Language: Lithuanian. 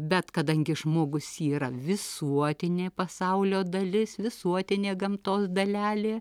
bet kadangi žmogus yra visuotinė pasaulio dalis visuotinė gamtos dalelė